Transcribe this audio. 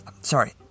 sorry